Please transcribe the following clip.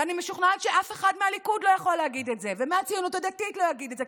ואני משוכנעת שאף אחד מהליכוד ומהציונות הדתית לא יכול להגיד את זה,